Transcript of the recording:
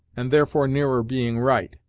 and therefore nearer being right.